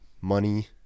money